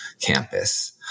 campus